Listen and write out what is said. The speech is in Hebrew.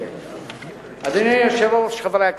אדוני היושב-ראש, חברי הכנסת,